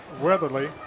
Weatherly